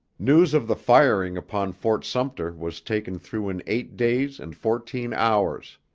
news of the firing upon fort sumter was taken through in eight days and fourteen hours.